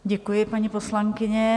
Děkuji, paní poslankyně.